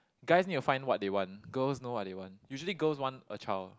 guys need to find what they want girls know what they want usually girls want a child